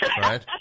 right